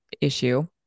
issue